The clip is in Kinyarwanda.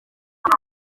gusa